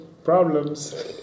problems